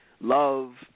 love